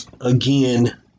again